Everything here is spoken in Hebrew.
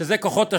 שזה כוחות השוק,